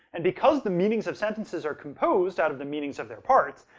and because the meanings of sentences are composed out of the meanings of their parts,